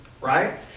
right